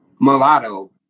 mulatto